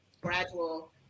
gradual